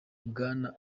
bwana